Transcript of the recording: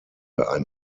ein